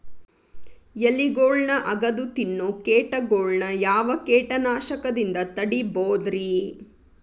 ಎಲಿಗೊಳ್ನ ಅಗದು ತಿನ್ನೋ ಕೇಟಗೊಳ್ನ ಯಾವ ಕೇಟನಾಶಕದಿಂದ ತಡಿಬೋದ್ ರಿ?